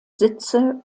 sitze